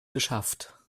geschafft